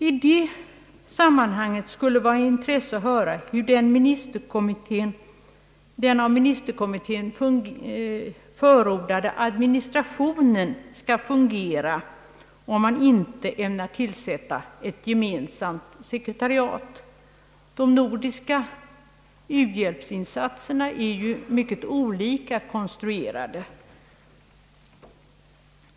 I detta sammanhang skulle det vara av intresse att höra hur den av ministerkommittén förordade administrationen skall fungera, om man inte ämnar tillsätta ett gemensamt sekretariat. De nordiska u-landshjälpinsatserna är ju mycket olika konstruerade.